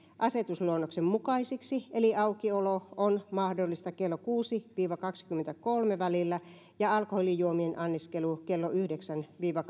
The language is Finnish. asetusluonnoksen mukaiseksi eli aukiolo on mahdollista kello kuudella viiva kahdellakymmenelläkolmella välillä ja alkoholijuomien anniskelu kello yhdeksällä viiva